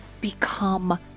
become